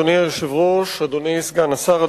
אדוני סגן השר,